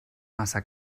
massa